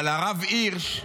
אבל לרב הירש,